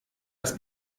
das